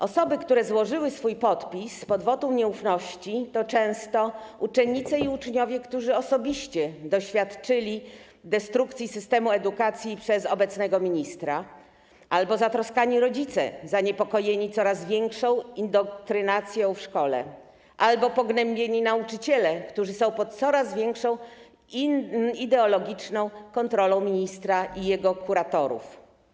Osoby, które złożyły swój podpis pod wotum nieufności, to często uczennice i uczniowie, którzy osobiście doświadczyli destrukcji systemu edukacji przez obecnego ministra, albo zatroskani rodzice, zaniepokojeni coraz większą indoktrynacją w szkole, albo pognębieni nauczyciele, którzy są pod coraz większą ideologiczną kontrolą ministra i jego kuratorów.